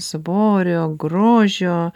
svorio grožio